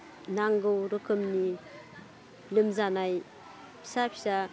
नांगौ रोखोमनि लोमजानाय फिसा फिसा